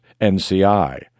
NCI